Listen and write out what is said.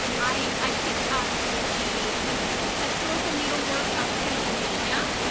i picked up the historical needlework of pennsylvania.